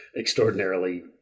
extraordinarily